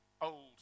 old